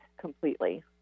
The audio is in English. completely